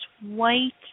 white